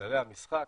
כללי המשחק,